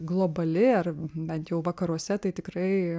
globali ar bent jau vakaruose tai tikrai